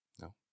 No